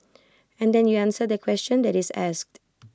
and then you answer the question that is asked